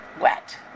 wet